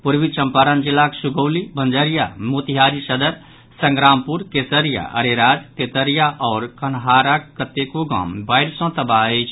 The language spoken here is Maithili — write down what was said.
पूर्वी चंपारण जिलाक सुगौली बंजरिया मोतिहारी सदर संग्रामपुर केसरिया अरेराज तेतरिया आओर कन्हाराक कतेको गाम बाढ़ि सँ तबाह अछि